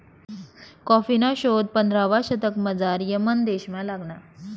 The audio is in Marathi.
कॉफीना शोध पंधरावा शतकमझाऱ यमन देशमा लागना